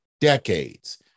decades